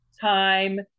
time